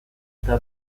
eta